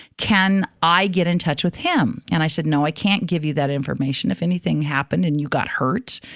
can i get in touch with him? and i said, no, i can't give you that information. if anything happened and you got hurt,